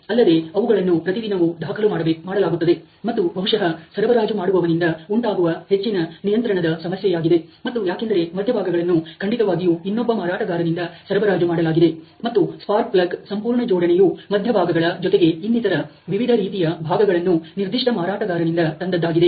ಅಲ್ಲದೆ ಅವುಗಳನ್ನು ಪ್ರತಿದಿನವೂ ದಾಖಲು ಮಾಡಲಾಗುತ್ತದೆ ಮತ್ತು ಬಹುಶಃ ಸರಬರಾಜು ಮಾಡುವವನಿಂದ ಉಂಟಾಗುವ ಹೆಚ್ಚಿನ ನಿಯಂತ್ರಣದ ಸಮಸ್ಯೆಯಾಗಿದೆ ಮತ್ತು ಯಾಕೆಂದರೆ ಮಧ್ಯಭಾಗಗಳನ್ನು ಖಂಡಿತವಾಗಿಯೂ ಇನ್ನೊಬ್ಬ ಮಾರಾಟಗಾರರಿಂದ ಸರಬರಾಜು ಮಾಡಲಾಗಿದೆ ಮತ್ತು ಸ್ಪಾರ್ಕ್ ಪ್ಲಗ್ ಸಂಪೂರ್ಣ ಜೋಡಣೆಯು ಮಧ್ಯಭಾಗಗಳ ಜೊತೆಗೆ ಇನ್ನಿತರ ವಿವಿಧ ರೀತಿಯ ಭಾಗಗಳನ್ನು ನಿರ್ದಿಷ್ಟ ಮಾರಾಟಗಾರನಿಂದ ತಂದದ್ದಾಗಿದೆ